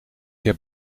heb